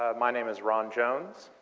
ah my name is ron jones.